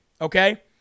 okay